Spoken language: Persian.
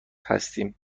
هستیم